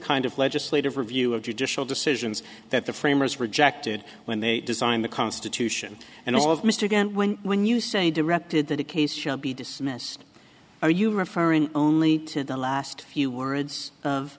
kind of legislative review of judicial decisions that the framers rejected when they designed the constitution and all of mr again when when you say directed that the case shall be dismissed are you referring only to the last few words of